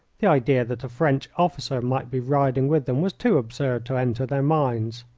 the idea that a french officer might be riding with them was too absurd to enter their minds.